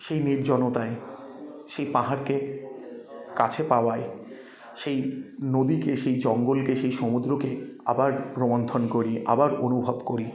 সেই নির্জনতায় সেই পাহাড়কে কাছে পাওয়ায় সেই নদীকে সেই জঙ্গলকে সেই সমুদ্রকে আবার রোমন্থন করি আবার অনুভব করি